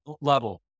level